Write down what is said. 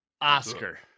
Oscar